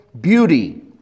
beauty